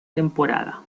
temporada